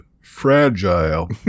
fragile